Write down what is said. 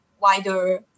wider